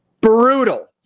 brutal